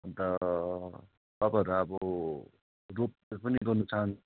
अन्त तपाईँहरू अब रोप वे पनि गर्नु चाहनु हुन्छ भने